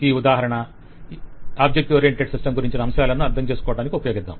ఈ ఉదాహరణ object oriented system గురించిన అంశాలను అర్ధం చేసుకోవడానికి ఉపయోగిద్దాం